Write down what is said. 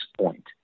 point